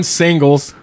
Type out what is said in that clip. singles